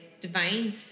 divine